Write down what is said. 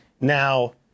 Now